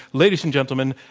ladies and gentlemen,